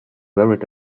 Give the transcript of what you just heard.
worried